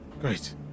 Great